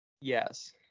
Yes